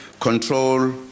control